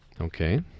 Okay